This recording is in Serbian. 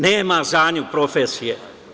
Nema za nju profesije.